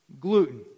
Gluten